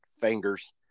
fingers